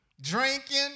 drinking